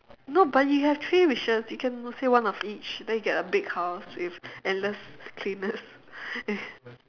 no but you have three wishes you can say one of each then you get a big house with endless cleaners and